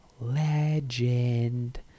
Legend